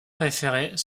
préférées